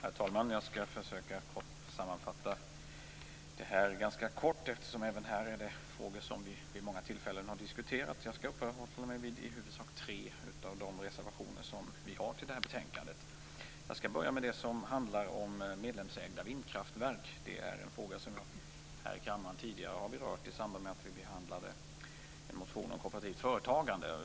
Herr talman! Jag skall försöka att göra en ganska kort sammanfattning, eftersom även detta är frågor som vi har diskuterat vid många tillfällen. Jag skall uppehålla mig vid i huvudsak tre av de reservationer som vi har till betänkandet. Jag skall börja med den som handlar om medlemsägda vindkraftverk. Det är en fråga som vi tidigare har berört här i kammaren i samband med att vi behandlade en motion om kooperativt företagande.